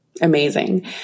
Amazing